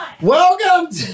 Welcome